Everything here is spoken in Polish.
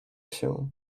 się